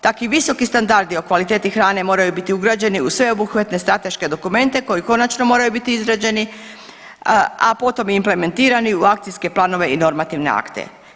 Takvi visoki standardi o kvaliteti hrane moraju biti ugrađeni i sveobuhvatne strateške dokumente koji konačno moraju biti izrađeni, a potom i implementirani u akcijske planove i normativne akte.